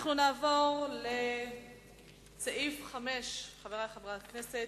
נעבור לסעיף הבא בסדר-היום: